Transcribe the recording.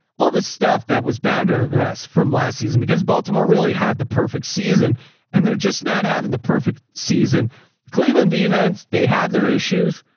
all the stuff that was bound to regress from last season because baltimore really had the perfect season and they're just not having the perfect season cleveland events. they have their issues,